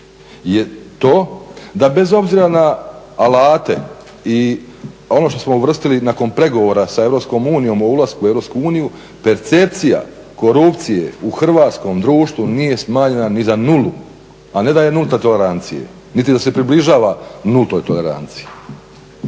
je to da bez obzira na alate i ono što smo uvrstili nakon pregovora sa EU po ulasku u EU percepcija korupcije u hrvatskom društvu nije smanjena ni za 0, a ne da je nulta tolerancija niti da se približava nultoj toleranciji.